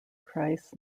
kreis